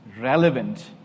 relevant